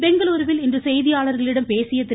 பெங்களுருவில் இன்று செய்தியாளர்களிடம் பேசிய திரு